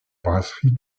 brasserie